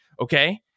okay